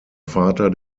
vater